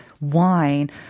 wine